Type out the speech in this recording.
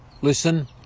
listen